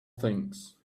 things